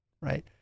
Right